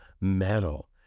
metal